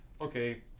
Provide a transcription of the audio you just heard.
okay